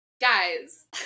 guys